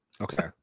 Okay